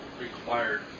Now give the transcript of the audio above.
required